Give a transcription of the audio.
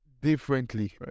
differently